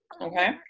Okay